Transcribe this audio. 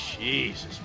Jesus